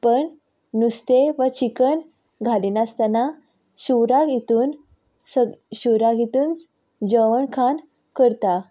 पण नुस्तें वा चिकन घालिनासतना शिवराक हितून शिवराक हितून जेवण खाण करता